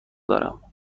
دارم